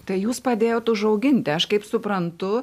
tai jūs padėjot užauginti aš kaip suprantu